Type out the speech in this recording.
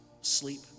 sleep